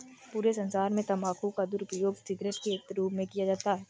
पूरे संसार में तम्बाकू का दुरूपयोग सिगरेट के रूप में किया जाता है